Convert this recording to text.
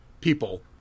people